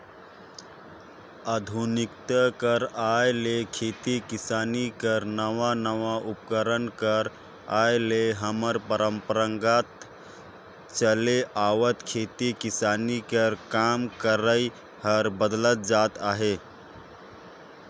आधुनिकता कर आए ले खेती किसानी कर नावा नावा उपकरन कर आए ले हमर परपरागत चले आवत खेती किसानी कर काम करई हर बदलत जात अहे